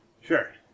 Sure